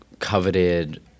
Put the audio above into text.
Coveted